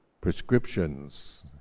prescriptions